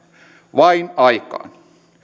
vain aikaan